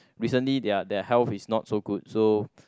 recently their their health is not so good so